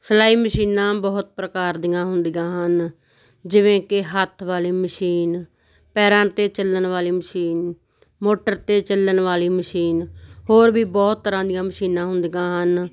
ਸਿਲਾਈ ਮਸ਼ੀਨਾਂ ਬਹੁਤ ਪ੍ਰਕਾਰ ਦੀਆਂ ਹੁੰਦੀਆਂ ਹਨ ਜਿਵੇਂ ਕਿ ਹੱਥ ਵਾਲੀ ਮਸ਼ੀਨ ਪੈਰਾਂ 'ਤੇ ਚੱਲਣ ਵਾਲੀ ਮਸ਼ੀਨ ਮੋਟਰ 'ਤੇ ਚੱਲਣ ਵਾਲੀ ਮਸ਼ੀਨ ਹੋਰ ਵੀ ਬਹੁਤ ਤਰ੍ਹਾਂ ਦੀਆਂ ਮਸ਼ੀਨਾਂ ਹੁੰਦੀਆਂ ਹਨ